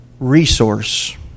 resource